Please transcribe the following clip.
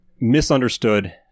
misunderstood